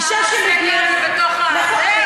אישה שמגיעה, זה מה שחסר?